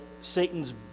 Satan's